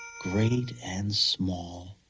great and small.